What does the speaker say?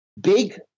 big